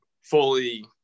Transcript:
fully